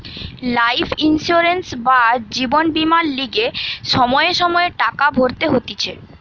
life insurance বা জীবন বীমার লিগে সময়ে সময়ে টাকা ভরতে হতিছে